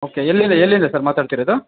okay ಎಲ್ಲಿಂದ ಎಲ್ಲಿಂದ sir ಮಾತಾಡ್ತಿರೋದು